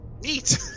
Neat